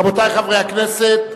רבותי חברי הכנסת,